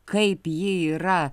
kaip ji yra